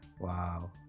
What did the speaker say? Wow